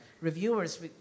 reviewers